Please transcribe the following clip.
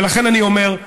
ולכן אני אומר: